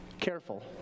Careful